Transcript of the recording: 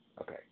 Okay